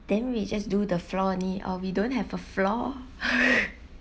then we just do the floor only or we don't have a floor